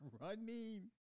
running